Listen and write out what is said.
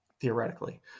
theoretically